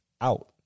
out